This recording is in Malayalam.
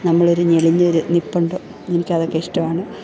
നമ്മളൊരു ഞെളിഞ്ഞൊരു നിൽപ്പുണ്ട് എനിക്കതൊക്കെ ഇഷ്ടമാണ്